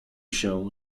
się